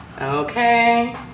okay